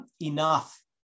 enough